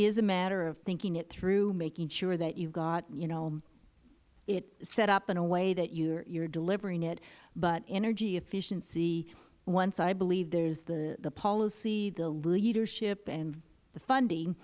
is a matter of thinking it through making sure that you have got you know it set up in a way that you are delivering it but energy efficiency once i believe there is the policy the leadership and the funding